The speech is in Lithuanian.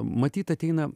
matyt ateina